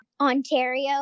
Ontario